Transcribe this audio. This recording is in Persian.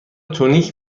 تونیک